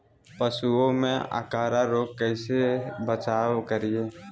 पशुओं में अफारा रोग से कैसे बचाव करिये?